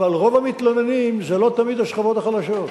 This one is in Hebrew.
אבל המתלוננים זה לא תמיד השכבות החלשות.